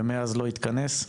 ומאז הוא לא התכנס.